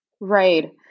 Right